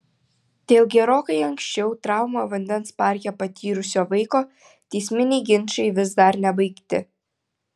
dėl gerokai anksčiau traumą vandens parke patyrusio vaiko teisminiai ginčai vis dar nebaigti